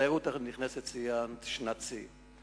בתיירות הנכנסת היתה שנת שיא.